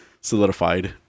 solidified